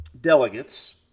delegates